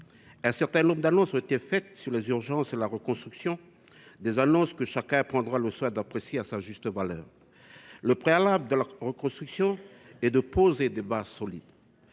Un certain nombre d’annonces ont été faites sur les urgences et la reconstruction ; chacun prendra le soin de les apprécier à leur juste valeur. Comme préalable à la reconstruction, il faut poser des bases solides.